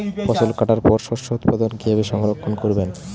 ফসল কাটার পর শস্য উৎপাদন কিভাবে সংরক্ষণ করবেন?